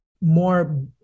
more